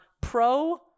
pro